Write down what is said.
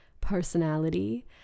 personality